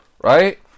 right